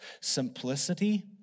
simplicity